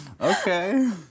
Okay